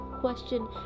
question